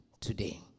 today